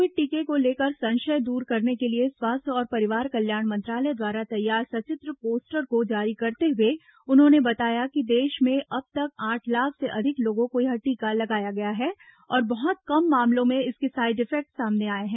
Covid टीके को लेकर संशय दूर करने के लिए स्वास्थ्य और परिवार कल्याण मंत्रालय द्वारा तैयार सचित्र पोस्टर को जारी करते हुए उन्होंने बताया कि देश में अब तक आठ लाख से अधिक लोगों को यह टीका लगाया गया है और बहुत कम मामलों में इसके साइड इफेक्टस सामने आए हैं